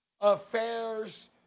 affairs